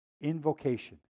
Invocation